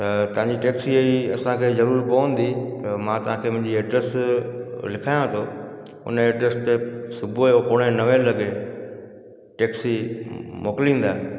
त तव्हांजी टैक्सीअ जी असांखे ज़रूरत पवंदी मां तव्हांखे मुंहिंजी एड्रेस लिखायां थो उन एड्रेस ते सुबुह जो पोणे नवें लॻे टैक्सी मोकिलींदा